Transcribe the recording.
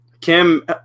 Kim